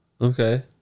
Okay